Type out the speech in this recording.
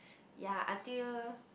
ya until